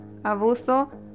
abuso